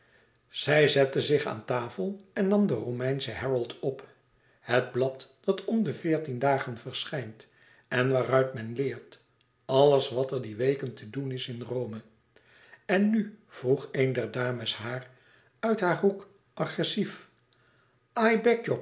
zij zette zich aan tafel en nam den romeinschen herald op het blad dat om de veertien dagen verschijnt en waaruit men leert alles wat er die weken te doen is in rome en nù vroeg een der dames haar uit haar hoek agressief